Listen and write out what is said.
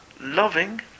loving